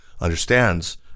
understands